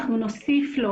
אנחנו נוסיף לו.